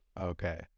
Okay